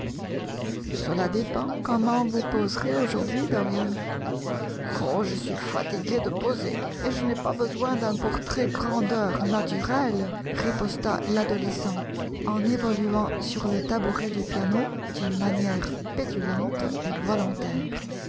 gela dépend comment vous poserez aujourd'hui dorian oh je suis fatigué de poser et je n'ai pas besoin d'un portrait grandeur naturelle riposta l'adolescent en évoluant sur le tabouret du piano d'une manière pétulante et volontaire